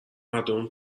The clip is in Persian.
هردومون